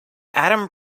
adam